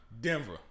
Denver